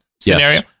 scenario